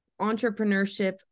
entrepreneurship